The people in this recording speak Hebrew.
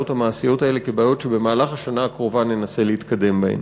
המעשיות האלה כבעיות שבמהלך השנה הקרובה ננסה להתקדם בהן.